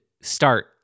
start